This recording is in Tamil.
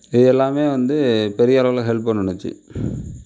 இது எல்லாமே வந்து பெரிய அளவில ஹெல்ப் பண்ணுன்னுச்சு